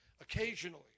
occasionally